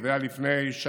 זה היה כמעט לפני שנה,